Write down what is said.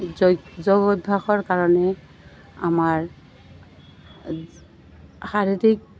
যগ যোগ অভ্যাসৰ কাৰণে আমাৰ শাৰীৰিক